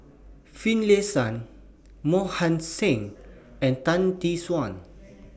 Finlayson Mohan Singh and Tan Tee Suan